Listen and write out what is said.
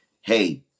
hey